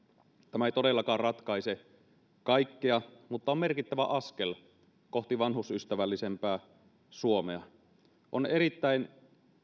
tämä ei todellakaan ratkaise kaikkea mutta tämä on merkittävä askel kohti vanhusystävällisempää suomea on erittäin